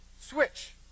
switch